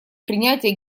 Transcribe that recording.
принятия